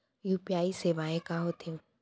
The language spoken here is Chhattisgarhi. यू.पी.आई सेवाएं का होथे